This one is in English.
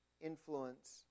influence